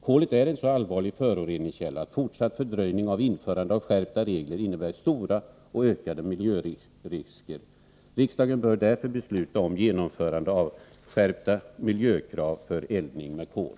Kolet är en så allvarlig föroreningskälla att fortsatt fördröjning av införande av skärpta regler innebär stora och ökade miljörisker. Riksdagen bör därför besluta om genomförande av skärpta miljökrav för eldning med kol.